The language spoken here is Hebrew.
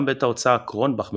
גם בית ההוצאה קרונבאך בברלין,